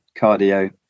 cardio